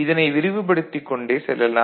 இதனை விரிவுப்படுத்திக் கொண்டே செல்லலாம்